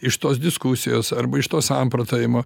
iš tos diskusijos arba iš to samprotavimo